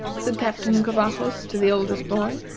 said captain covajos to the oldest boy.